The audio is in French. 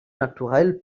naturel